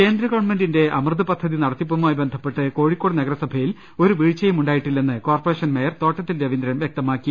കേന്ദ്രഗവൺമെന്റിന്റെ അമൃത് പദ്ധതി നടത്തിപ്പുമായി ബന്ധപ്പെട്ട് കോഴിക്കോട് നഗരസഭയിൽ ഒരു വീഴ്ചയും ഉണ്ടായിട്ടില്ലെന്ന് corporation mayor Thottathil Raveendran വൃക്തമാക്കി